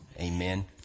Amen